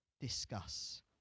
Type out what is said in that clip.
discuss